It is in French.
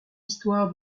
histoire